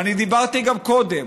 ואני דיברתי גם קודם,